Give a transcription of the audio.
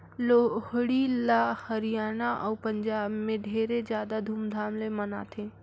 लोहड़ी ल हरियाना अउ पंजाब में ढेरे जादा धूमधाम ले मनाथें